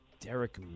Derek